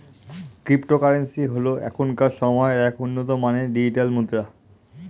cryptocurrency হল এখনকার সময়ের এক উন্নত মানের ডিজিটাল মুদ্রা